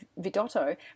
vidotto